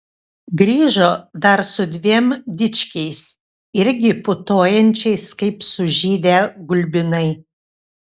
grįžo dar su dviem dičkiais irgi putojančiais kaip sužydę gulbinai